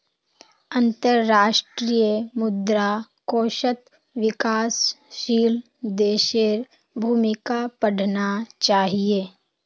अंतर्राष्ट्रीय मुद्रा कोषत विकासशील देशेर भूमिका पढ़ना चाहिए